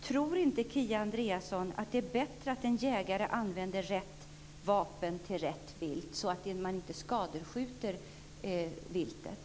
Tror inte Kia Andreasson att det är bättre att en jägare använder rätt vapen till rätt vilt, så att man inte skadeskjuter viltet?